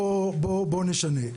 בוא נשנה'.